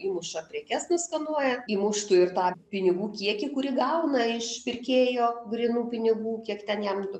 įmuša prekes nuskanuoja įmuštų ir tą pinigų kiekį kurį gauna iš pirkėjo grynų pinigų kiek ten jam